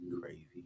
crazy